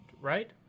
right